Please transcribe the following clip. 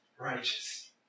righteous